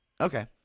Okay